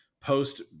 post